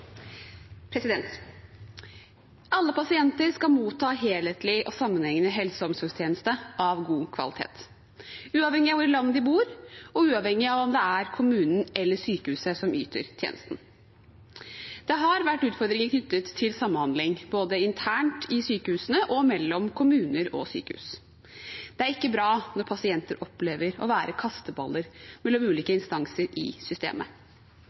kommunen eller sykehuset som yter tjenesten. Det har vært utfordringer knyttet til samhandling, både internt i sykehusene og mellom kommuner og sykehus. Det er ikke bra når pasienter opplever å være kasteballer mellom ulike instanser i systemet.